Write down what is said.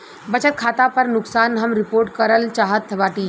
बचत खाता पर नुकसान हम रिपोर्ट करल चाहत बाटी